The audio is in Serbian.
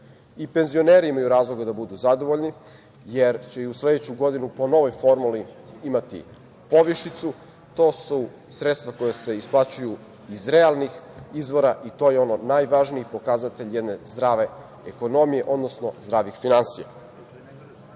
I penzioneri imaju razloga da budu zadovoljni, jer će i u sledećoj godini po novoj formuli imati povišicu. To su sredstva koja se isplaćuju iz realnih izvora, i to je najvažniji pokazatelj jedne zdrave ekonomije, odnosno zdravih finansija. Važno